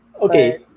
Okay